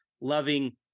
loving –